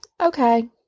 okay